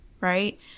right